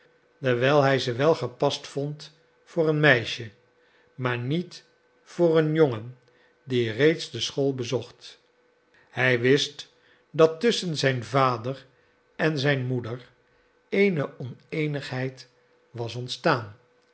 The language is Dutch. dewijl hij ze wel gepast vond voor een meisje maar niet voor een jongen die reeds de school bezocht hij wist dat tusschen zijn vader en zijn moeder eene oneenigheid was ontstaan